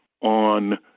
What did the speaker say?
on